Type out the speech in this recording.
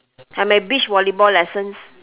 I'm at beach volleyball lessons